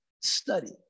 study